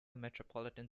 metropolitan